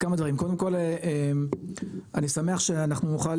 כמה דברים, קודם כל אני שמח שאנחנו נוכל